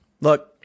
look